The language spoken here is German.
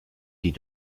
die